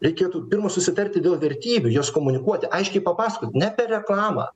reikėtų pirma susitarti dėl vertybių jas komunikuoti aiškiai papasakot ne per reklamą